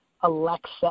Alexa